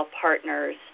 partners